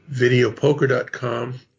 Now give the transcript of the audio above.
Videopoker.com